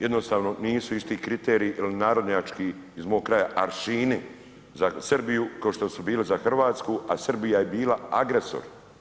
Jednostavno nisu isti kriteriji ili narodnjački iz mog kraja, aršini za Srbiju, kao što su bili za Hrvatsku, a Srbija je bila agresor.